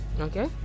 okay